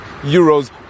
euros